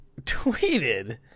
tweeted